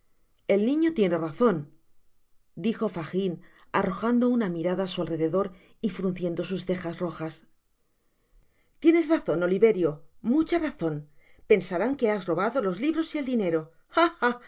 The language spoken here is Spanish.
suplicante niño tiene razon dijo fagjn arrojando una mirada á su alrededor y frunciendo sus cejas rojastienes razon oliverio mucha razon pensarán que has robado los libros y el dinero